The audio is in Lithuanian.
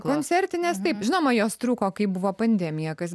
koncertinės taip žinoma jos trūko kai buvo pandemija kas be